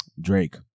Drake